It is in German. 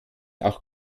auch